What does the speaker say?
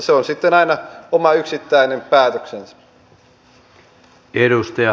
se on sitten aina oma yksittäinen päätöksensä